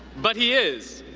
but he is,